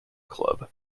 club